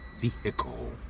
vehicle